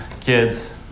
kids